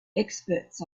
experts